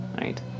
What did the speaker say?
right